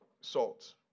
salt